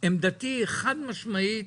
עמדתי היא חד משמעית